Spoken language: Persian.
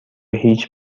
هیچ